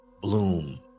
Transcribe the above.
bloom